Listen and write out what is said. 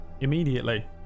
immediately